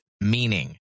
meaning